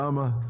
למה?